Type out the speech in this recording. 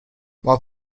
while